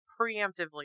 preemptively